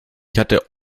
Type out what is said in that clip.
hat